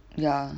ya